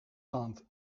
maand